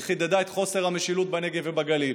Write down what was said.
היא חידדה את חוסר המשילות בנגב ובגליל,